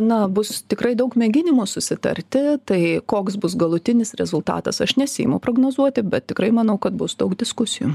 na bus tikrai daug mėginimų susitarti tai koks bus galutinis rezultatas aš nesiimu prognozuoti bet tikrai manau kad bus daug diskusijų